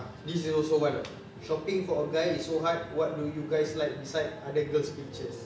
ah this is also one ah shopping for a guy is so hard what do you guys like beside other girls' pictures